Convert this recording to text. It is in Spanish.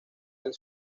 del